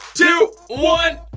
two, one.